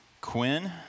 Quinn